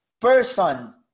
person